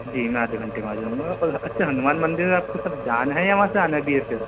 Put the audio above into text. جی میں آدھے گھنٹے میں آ جاؤں گا اور اچّھا ہنومان مندر آپ کو صرف جانا ہے یا وہاں سے آنا بھی ہے پھر